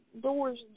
doors